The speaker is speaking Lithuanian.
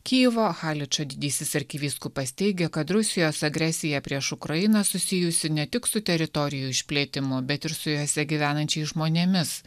kijevo haličo didysis arkivyskupas teigė kad rusijos agresija prieš ukrainą susijusi ne tik su teritorijų išplėtimu bet ir su jose gyvenančiais žmonėmis